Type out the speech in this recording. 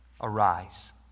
arise